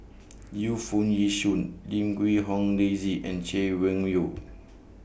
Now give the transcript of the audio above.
Yu Foo Yee Shoon Lim Quee Hong Daisy and Chay Weng Yew